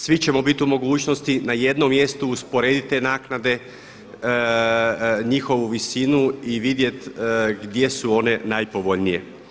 Svi ćemo biti u mogućnosti na jednom mjestu usporediti te naknade, njihovu visinu i vidjeti gdje su one najpovoljnije.